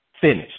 finished